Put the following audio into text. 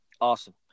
awesome